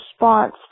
response